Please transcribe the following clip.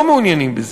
לא מעוניינים בזה.